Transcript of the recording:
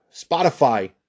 Spotify